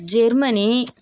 Germany